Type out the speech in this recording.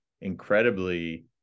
incredibly